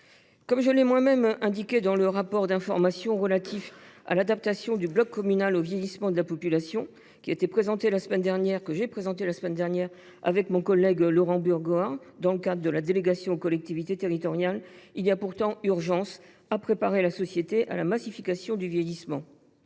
Comme je l’ai moi même indiqué dans le rapport d’information relatif à l’adaptation du bloc communal au vieillissement de la population, que j’ai présenté la semaine dernière avec mon collègue Laurent Burgoa au nom de la délégation aux collectivités territoriales, il y a pourtant urgence à préparer la société à la massification du vieillissement,